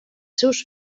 seus